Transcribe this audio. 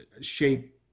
shape